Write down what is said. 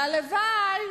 והלוואי,